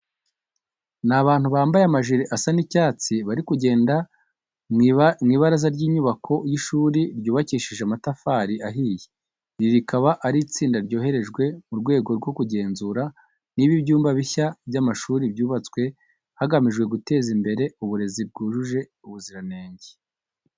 Ni abantu bambaye amajire asa icyatsi, bari kugenda mu ibaraza ry'inyubako y'ishuri ryubakishije amatafari ahiye. Iri rikaba ari itsinda ryoherejwe mu rwego rwo kugenzura niba ibyumba bishya by'amashuri byubatswe hagamijwe guteza imbere uburezi byujuje ubuziranenge.